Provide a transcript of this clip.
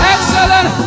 Excellent